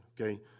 Okay